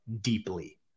deeply